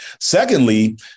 Secondly